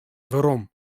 werom